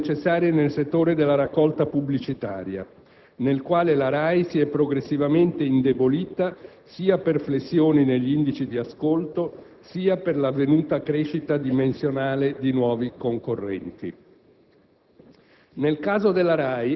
Le stesse capacità sono necessarie nel settore della raccolta pubblicitaria, nella quale la RAI si è progressivamente indebolita sia per flessioni negli indici di ascolto sia per l'avvenuta crescita dimensionale di nuovi concorrenti.